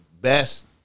best